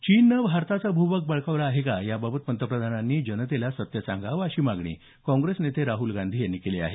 चीननं भारताचा भू भाग बळकावला आहे का याबाबत पंतप्रधानांनी जनतेला सत्य सांगावं अशी मागणी काँग्रेस नेते राहुल गांधी यांनी केली आहे